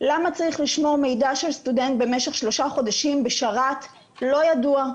למה צריך לשמור מידע של סטודנט במשך שלושה חודשים בשרת לא ידוע,